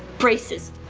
braces.